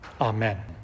amen